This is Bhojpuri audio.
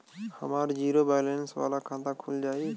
हमार जीरो बैलेंस वाला खाता खुल जाई?